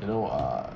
you know uh